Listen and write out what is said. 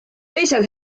teisel